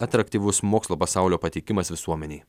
atraktyvus mokslo pasaulio pateikimas visuomenei